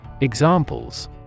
Examples